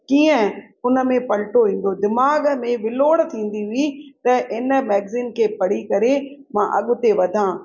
कीअं उनमें पलटो ईंदो दीमाग़ु में बिलौड़ थींदी हुई त इन मैगज़िन खे पढ़ी करे मां अॻिते वधा